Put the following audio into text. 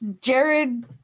Jared